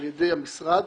על-ידי המשרד,